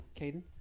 Caden